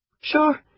Sure